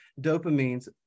dopamines